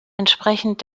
entsprechend